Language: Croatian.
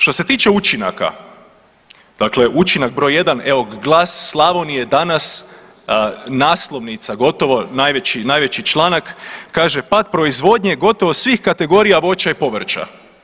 Što se tiče učinaka, dakle učinak broj jedan, evo Glas Slavonije danas naslovnica gotovo najveći, najveći članak kaže pad proizvodnje gotovo svih kategorija voća i povrća.